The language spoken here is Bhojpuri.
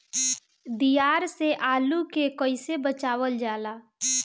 दियार से आलू के कइसे बचावल जाला?